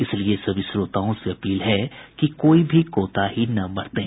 इसलिए सभी श्रोताओं से अपील है कि कोई भी कोताही न बरतें